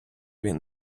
він